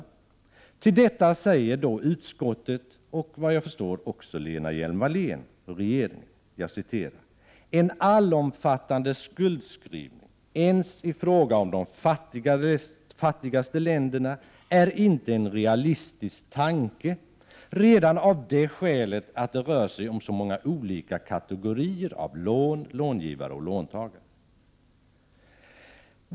Med anledning av detta framhåller utskottet — vilket såvitt jag förstår också överensstämmer med den uppfattning som Lena Hjelm-Wallén och regeringen i övrigt har: ”En allomfattande skuldavskrivning, ens i fråga om de fattigaste länderna, ärinte en realistisk tanke redan av det skälet att det rör sig om så många olika kategorier av lån, långivare och låntagare.